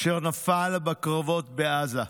אשר נפל בקרבות בעזה.